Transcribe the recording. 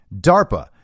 DARPA